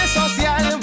social